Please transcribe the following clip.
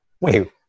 wait